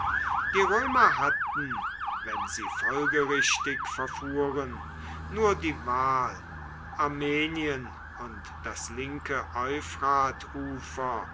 die römer hatten wenn sie folgerichtig verfuhren nur die wahl armenien und das linke